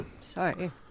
Sorry